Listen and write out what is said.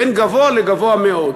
בין גבוה לגבוה מאוד,